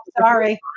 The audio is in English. sorry